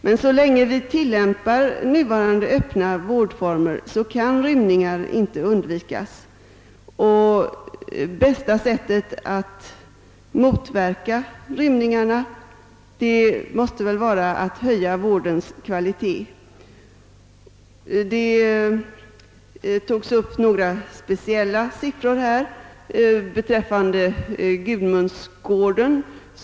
Men så länge vi tillämpar nuvarande öppna vårdformer kan rymningar inte undvikas. Bästa sättet att motverka rym ningarna måste väl vara att höja vårdens kvalitet. Några speciella siffror togs upp beträffande Gudmundsgården.